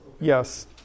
Yes